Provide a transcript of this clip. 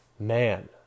man